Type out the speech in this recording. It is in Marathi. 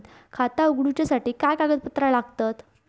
खाता उगडूच्यासाठी काय कागदपत्रा लागतत?